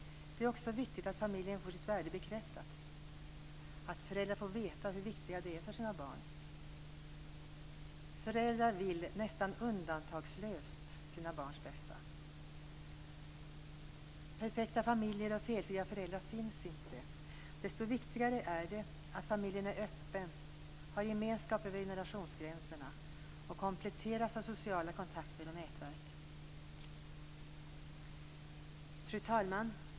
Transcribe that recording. Det är också viktigt att familjen får sitt värde bekräftat, att föräldrar får veta hur viktiga de är för sina barn. Föräldrar vill nästan undantagslöst sina barns bästa. Perfekta familjer och felfria föräldrar finns inte. Desto viktigare är det att familjen är öppen, har gemenskap över generationsgränserna och kompletteras med sociala kontakter och nätverk. Fru talman!